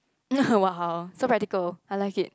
!wow! so practical I like it